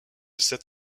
sept